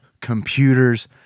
computers